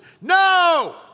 no